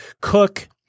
cook –